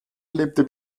lebte